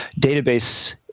database